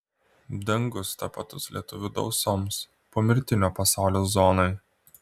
dangus tapatus lietuvių dausoms pomirtinio pasaulio zonai